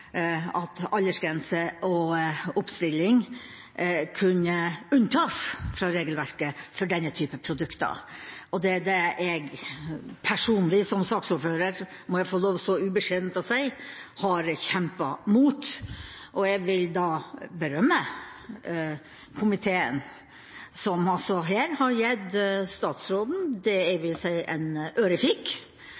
at aldersgrense og oppstilling kunne unntas fra regelverket for denne typen produkter. Det er det jeg personlig som saksordfører – må jeg ubeskjedent få si – har kjempet mot. Jeg vil berømme komiteen som her har gitt statsråden det